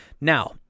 Now